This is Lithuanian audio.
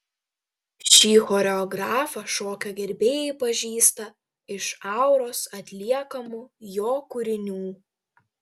šį choreografą šokio gerbėjai pažįsta iš auros atliekamų jo kūrinių